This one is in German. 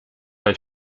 bei